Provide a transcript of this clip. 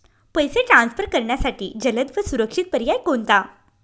पैसे ट्रान्सफर करण्यासाठी जलद व सुरक्षित पर्याय कोणता?